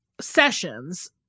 sessions